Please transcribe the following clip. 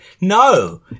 No